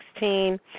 2016